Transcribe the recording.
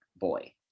boy